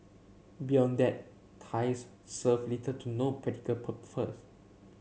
beyond that ties serve little to no practical